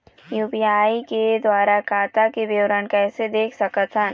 UPI के द्वारा खाता के विवरण कैसे देख सकत हन?